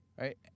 Right